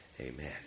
Amen